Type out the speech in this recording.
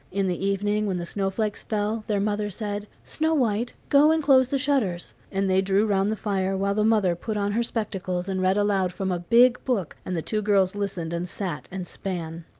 in the evening when the snowflakes fell their mother said snow-white, go and close the shutters, and they drew round the fire, while the mother put on her spectacles and read aloud from a big book and the two girls listened and sat and span.